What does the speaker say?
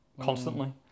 constantly